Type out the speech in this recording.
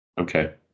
Okay